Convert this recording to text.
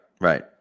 right